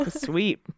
sweet